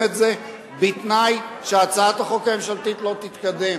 את זה בתנאי שהצעת החוק הממשלתית לא תתקדם.